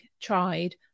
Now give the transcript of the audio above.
tried